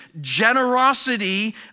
generosity